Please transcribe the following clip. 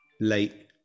Late